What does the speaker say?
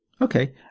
Okay